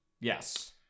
Yes